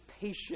patient